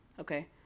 okay